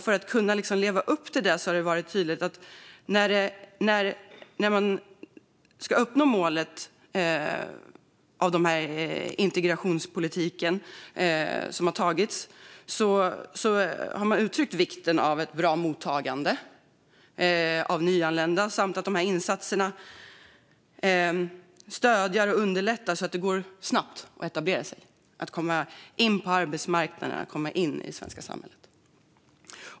För att vi ska uppnå det mål för integrationspolitiken som har antagits har man uttryckt vikten av ett bra mottagande av nyanlända samt vikten av insatser för att stödja och underlätta så att det går snabbt att etablera sig och komma in på arbetsmarknaden och i det svenska samhället.